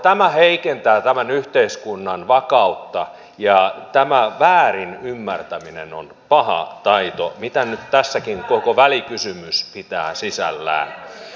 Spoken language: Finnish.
tämä heikentää tämän yhteiskunnan vakautta ja tämä väärin ymmärtäminen on paha taito minkä nyt tässäkin koko välikysymys pitää sisällään